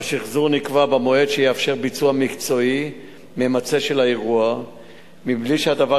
השחזור נקבע במועד שיאפשר ביצוע מקצועי ממצה של האירוע מבלי שהדבר